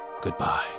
goodbye